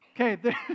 okay